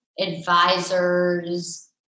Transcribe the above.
advisors